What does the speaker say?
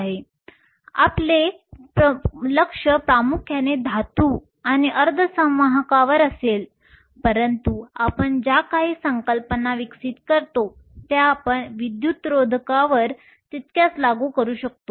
आमचे लक्ष्य प्रामुख्याने धातू आणि अर्धसंवाहकांवर असेल परंतु आपण ज्या काही संकल्पना विकसित करतो त्या आपण विद्यतरोधकवर तितक्याच लागू करू शकतो